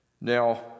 Now